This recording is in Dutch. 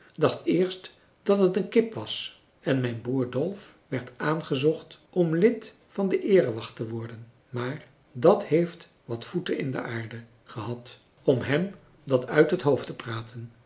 dacht eerst dat het een kip was en mijn broer dolf werd aangezocht om lid van de eerewacht te worden maar dat heeft wat voeten in de aarde gehad om hem dat uit het hoofd te praten